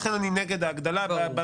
לכן אני נגד ההגדלה.